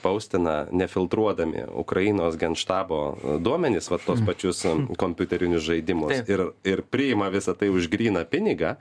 poustina nefiltruodami ukrainos genštabo duomenis vat tuos pačius kompiuterinius žaidimus ir ir priima visa tai už gryną pinigą